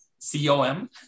C-O-M